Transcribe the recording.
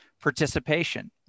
participation